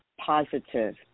positive